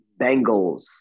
Bengals